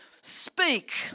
speak